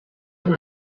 una